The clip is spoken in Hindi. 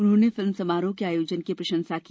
उन्होंने फिल्म समारोह के आयोजन की प्रशंसा की